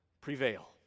prevail